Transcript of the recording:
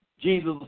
Jesus